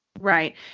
Right